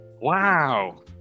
Wow